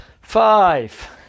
Five